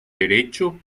derecho